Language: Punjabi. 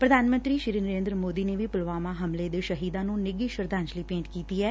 ਪ੍ਰਧਾਨ ਮੰਤਰੀ ਨਰੇਦਰ ਮੋਦੀ ਨੇ ਵੀ ਪੁਲਵਾਮਾ ਹਮਲੇ ਦੇ ਸ਼ਹੀਦਾ ਨੂੰ ਨਿੱਘੀ ਸ਼ਰਧਾਜਲੀ ਭੇਂਟ ਕੀਤੀ ਐ